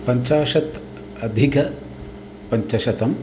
पञ्चाशदधिकं पञ्चाशत्